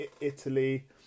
Italy